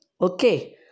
Okay